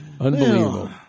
unbelievable